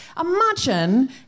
imagine